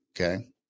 okay